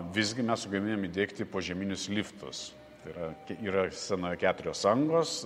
visgi mes sugebėjom įdiegti požeminius liftus tai yra yra scena keturios angos